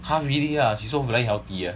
!huh! really ah she so bloody healthy ah